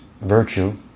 virtue